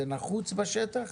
זה נחוץ בשטח?